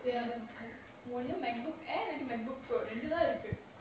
ஒன்னு:onnu Macbook air அல்லது:allathu Macbook pro ரெண்டு தான் இருக்கு:rendu thaan iruku